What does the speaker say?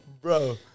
Bro